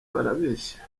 barabeshya